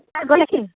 उता गएँ कि